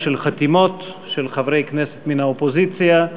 של חתימות של חברי כנסת מן האופוזיציה.